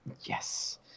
Yes